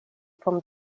from